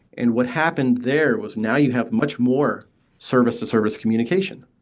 and what happened there was now you have much more service-to-service communication,